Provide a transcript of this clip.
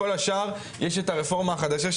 כל השאר יש את הרפורמה החדשה,